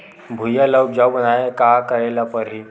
भुइयां ल उपजाऊ बनाये का करे ल पड़ही?